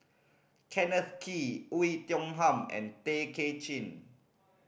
Kenneth Kee Oei Tiong Ham and Tay Kay Chin